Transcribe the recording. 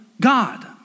God